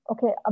Okay